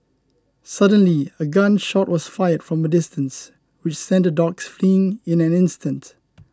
suddenly a gun shot was fired from a distance which sent the dogs fleeing in an instant